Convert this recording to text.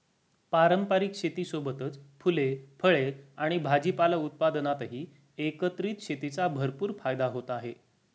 पारंपारिक शेतीसोबतच फुले, फळे आणि भाजीपाला उत्पादनातही एकत्रित शेतीचा भरपूर फायदा होत आहे